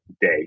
day